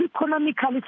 economically